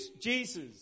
Jesus